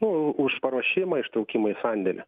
nu už paruošimą ištraukimą į sandėlį